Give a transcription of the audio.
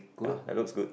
ya that looks good